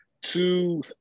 two